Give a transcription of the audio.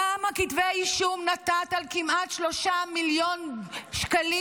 כמה כתבי אישום נתת על כמעט 3 מיליון שקלים